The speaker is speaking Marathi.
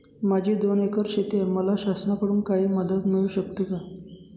माझी दोन एकर शेती आहे, मला शासनाकडून काही मदत मिळू शकते का?